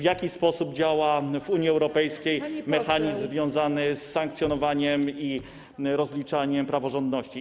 w jaki sposób działa w Unii Europejskiej mechanizm związany z sankcjonowaniem i rozliczaniem praworządności.